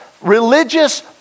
religious